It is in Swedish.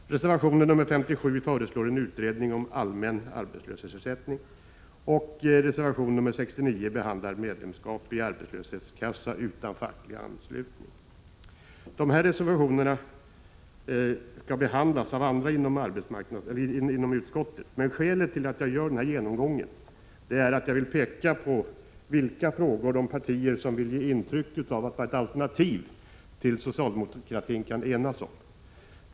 Vidare har vi reservation 57, där det föreslås en utredning om en allmän arbetslöshetsersättning och reservation 69 där medlemskap i arbetslöshetskassa utan facklig anslutning behandlas. De här reservationerna skall kommenteras av andra ledamöter i utskottet. Skälet till att jag gör den här genomgången är att jag vill peka på vilka frågor de partier som vill ge intryck av att ha ett alternativ till socialdemokratin kan enas om.